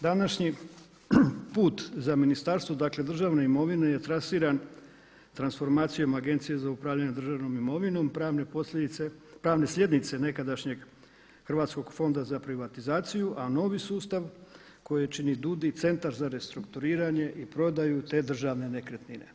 Današnji put za ministarstvo državne imovine je trasiran transformacijom Agencije za upravljanje državnom imovinom pravne sljednice nekadašnjeg hrvatskog fonda za privatizaciju, a novi susta koji čini DUUDI Centar za restrukturiranje i prodaju te državne nekretnine.